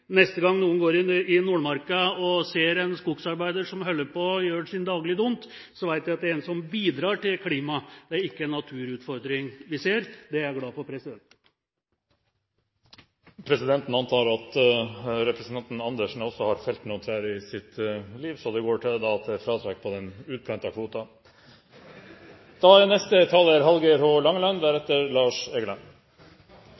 Neste gang noen går i Nordmarka og ser en skogsarbeider som holder på med å gjøre sin daglige dont, vet vi at det er en som bidrar til klima, det er ikke naturutfordring vi ser. Det er jeg glad for. Presidenten antar at representanten Dag Terje Andersen også har felt noen trær i sitt liv, så det går til fratrekk på den utplantede kvoten. Det er